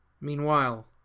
Meanwhile